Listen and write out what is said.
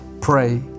pray